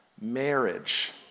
marriage